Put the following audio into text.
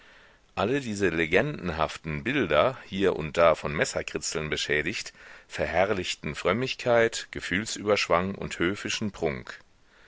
alle diese legendenhaften bilder hier und da von messerkritzeln beschädigt verherrlichten frömmigkeit gefühlsüberschwang und höfischen prunk